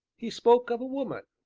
he spoke of a woman,